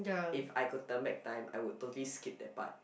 if I could turn back time I would totally skip that part